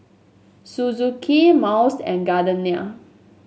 Suzuki Miles and Gardenia